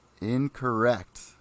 Incorrect